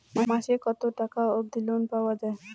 মাসে কত টাকা অবধি লোন পাওয়া য়ায়?